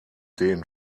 den